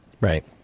Right